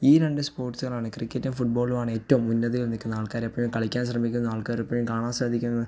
ഈ രണ്ട് സ്പോട്സുകളാണ് ക്രിക്കറ്റും ഫുട്ബോളുവാണ് ഏറ്റോം ഉന്നതിയിൽ നിൽക്കുന്ന ആൾക്കാരെപ്പോഴും കളിക്കാൻ ശ്രമിക്കുന്ന ആൾക്കാരെപ്പോഴും കാണാൻ ശ്രദ്ധിക്കുന്ന